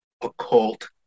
occult